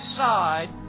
side